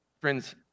Friends